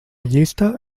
llista